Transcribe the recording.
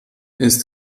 ist